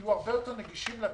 יהיה הרבה יותר נגיש לציבור.